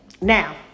Now